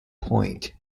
point